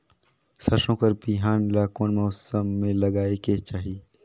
सरसो कर बिहान ला कोन मौसम मे लगायेक चाही?